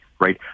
right